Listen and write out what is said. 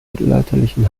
mittelalterlichen